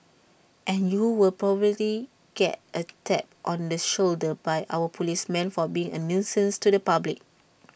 and you will probably get A tap on the shoulder by our policemen for being A nuisance to the public